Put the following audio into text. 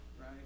right